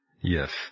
Yes